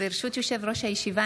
ברשות יושב-ראש הישיבה,